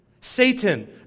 Satan